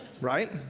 Right